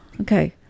okay